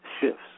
shifts